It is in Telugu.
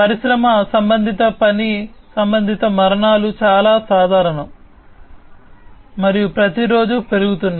పరిశ్రమ సంబంధిత పని సంబంధిత మరణాలు చాలా సాధారణం మరియు ప్రతిరోజూ పెరుగుతున్నాయి